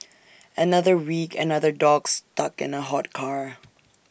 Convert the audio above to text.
another week another dog stuck in A hot car